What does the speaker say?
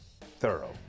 thorough